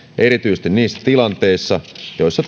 erityisesti niissä tilanteissa joissa